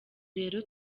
rero